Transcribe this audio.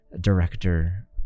director